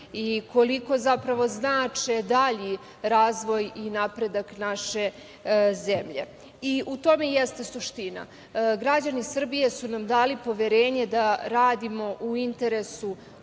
i koliko zapravo znače dalji razvoj i napredak naše zemlje. U tome i jeste suština. Građani Srbije su nam dali poverenje da radimo u interesu